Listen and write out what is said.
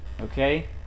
Okay